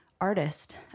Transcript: artist